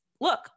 look